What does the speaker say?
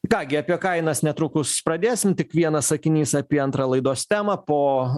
ką gi apie kainas netrukus pradėsim tik vienas sakinys apie antrą laidos temą po